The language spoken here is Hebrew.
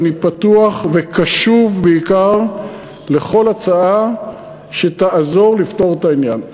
אני פתוח וקשוב בעיקר לכל הצעה שתעזור לפתור את העניין.